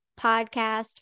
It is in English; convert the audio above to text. podcast